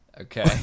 Okay